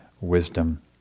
wisdom